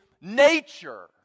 nature